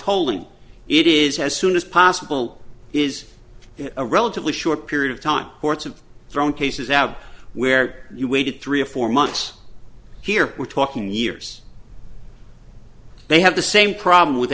told and it is has soon as possible is a relatively short period of time sorts of thrown cases out where you waited three or four months here we're talking years they have the same problem with